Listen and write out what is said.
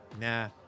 Nah